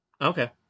Okay